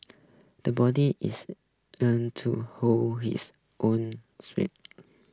the boby is to hold his own